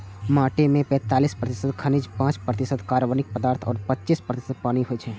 माटि मे पैंतालीस प्रतिशत खनिज, पांच प्रतिशत कार्बनिक पदार्थ आ पच्चीस प्रतिशत पानि होइ छै